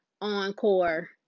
encore